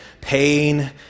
pain